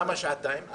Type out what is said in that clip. למה שעתיים?